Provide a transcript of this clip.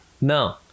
no